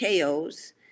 KOs